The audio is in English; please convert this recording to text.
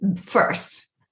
First